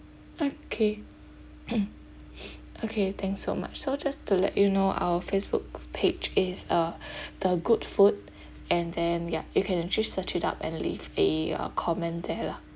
okay okay thanks so much so just to let you know our facebook page is uh the good food and then yup you can actually search it up and leave a uh comment there lah